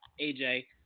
AJ